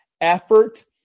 effort